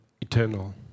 eternal